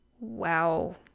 Wow